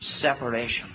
separation